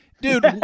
Dude